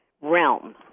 realm